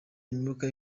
imyuka